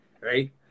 right